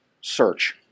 search